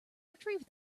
retrieved